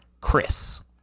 Chris